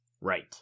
Right